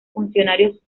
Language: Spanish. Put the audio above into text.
funcionarios